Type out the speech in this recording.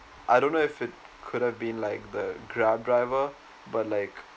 I don't know if it could have been like the grab driver but like